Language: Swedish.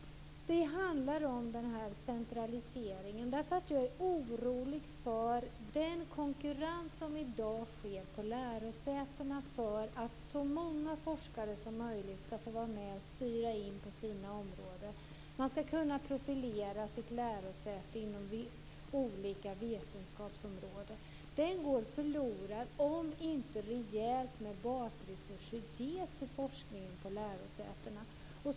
Den handlar om centraliseringen. Jag är orolig för den konkurrens som i dag sker på lärosätena för att så många forskare som möjligt ska kunna få vara med och styra in på sina områden. Man ska kunna profilera sitt lärosäte inom olika vetenskapsområden. Det går förlorat om man inte ger rejält med basresurser till forskningen på lärosätena.